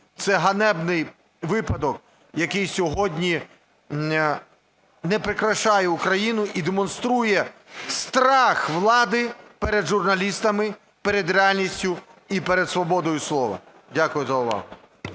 Це ганебний випадок, який сьогодні не прикрашає Україну і демонструє страх влади перед журналістами, перед реальністю і перед свободою слова. Дякую за увагу.